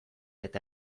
eta